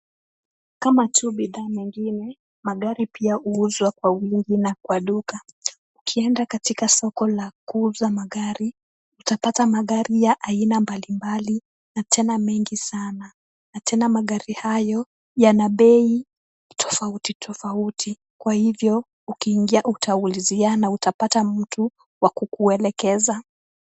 Kama tu bidhaa nyingine, magari pia huuzwa kwa wingi na kwa duka. Ukienda katika soko la kuuza magari, utapata magari ya aina mbalimbali na tena mengi sana na tena magari hayo yana bei tofauti tofauti. Kwa hivyo ukiingia utaulizia na utapata mtu wa kukuelekeza.